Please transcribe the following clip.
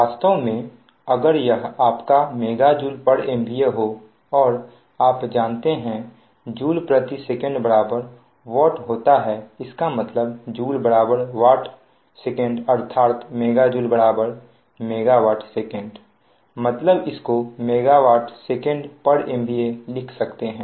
वास्तव मेंअगर यह आपका MJMVA हो और आप जानते हैं जूल सेकंड वाट होता है इसका मतलब जूल वाट सेकंड अर्थात MJ MW secमतलब इसको MW secMVA लिख सकते हैं